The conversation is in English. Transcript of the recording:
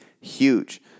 huge